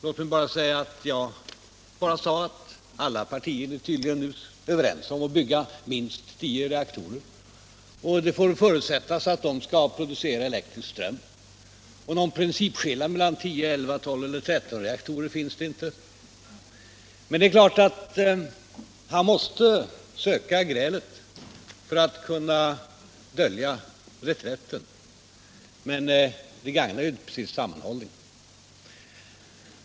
Låt mig säga att jag bara har framhållit Allmänpolitisk debatt Allmänpolitisk debatt att alla partier nu tydligen är överens om att bygga minst 10 reaktorer, att det får förutsättas att dessa skall producera elektrisk ström och att någon principskillnad inte finns mellan 10, 11, 12 eller 13 reaktorer. Det är klart att herr Fälldin måste söka grälet för att kunna dölja reträtten, men det gagnar ju inte precis sammanhållningen.